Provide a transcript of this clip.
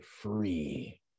free